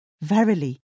Verily